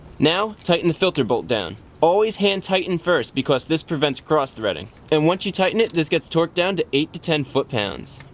now, tighten the filter bolt down. always hand tighten first because this prevents cross threading. and once you tighten it, this gets torqued down to eight to ten foot pounds.